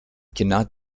cannot